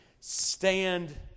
stand